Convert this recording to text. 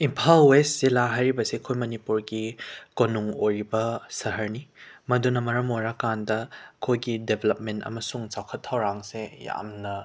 Imphal west ꯖꯤꯂꯥ ꯍꯥꯏꯔꯤꯕꯁꯤ ꯑꯩꯈꯣꯏ ꯃꯅꯤꯄꯨꯔꯒꯤ ꯀꯣꯅꯨꯡ ꯑꯣꯏꯔꯤꯕ ꯁꯍꯔꯅꯤ ꯃꯗꯨꯅ ꯃꯔꯝ ꯑꯣꯏꯔꯀꯥꯟꯗ ꯑꯩꯈꯣꯏꯒꯤ ꯗꯦꯕꯂꯞꯃꯦꯟ ꯑꯃꯁꯨꯡ ꯆꯥꯎꯈꯠ ꯊꯧꯔꯥꯡꯁꯦ ꯌꯥꯝꯅ